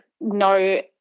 no